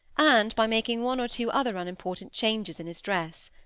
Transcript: and by making one or two other unimportant changes in his dress.